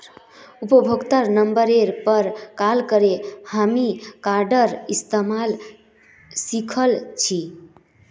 उपभोक्तार नंबरेर पर कॉल करे हामी कार्डेर इस्तमाल सिखल छि